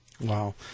wow